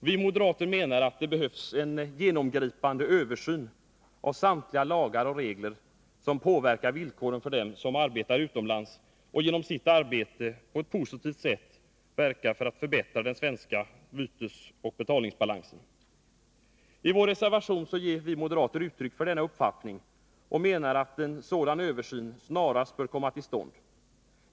Vi moderater menar att det behövs en genomgripande översyn av samtliga lagar och regler som påverkar villkoren för dem som arbetar utomlands och genom sitt arbete positivt verkar för att förbättra den svenska bytesoch betalningsbalansen. I vår reservation ger vi moderater uttryck för den uppfattningen och menar att en sådan översyn snarast bör komma till stånd.